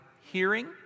hearing